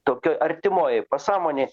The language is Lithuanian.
tokioj artimoj pasąmonėj